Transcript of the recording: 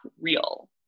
real